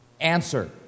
Answer